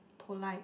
polite